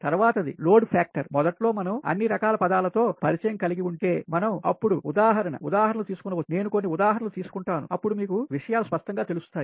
తర్వాత the load factor మొదట్లో మనం అన్ని రకాల పదాలతో పరిచయం కలిగి ఉంటే మనం అప్పుడు ఉదాహరణ ఉదాహరణలు తీసుకొనవచ్చునునేను కొన్ని ఉదాహరణలు తీసుకుంటాను అప్పుడు మీకు విషయాలు స్పష్టంగా తెలుస్తాయి